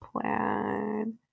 plan